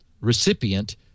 recipient